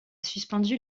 suspendu